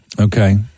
Okay